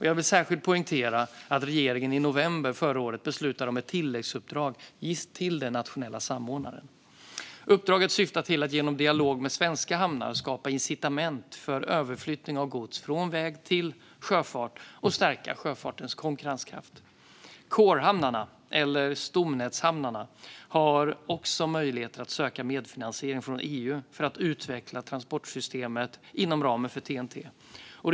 Jag vill särskilt poängtera att regeringen i november förra året beslutade om ett tilläggsuppdrag till den nationella samordnaren. Uppdraget syftar till att genom dialog med svenska hamnar skapa incitament för överflyttning av gods från väg till sjöfart och stärka sjöfartens konkurrenskraft. Corehamnarna, eller stomnätshamnarna, har också möjligheter att söka medfinansiering från EU för att utveckla transportsystemet inom ramen för TEN-T.